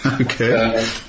Okay